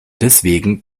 deswegen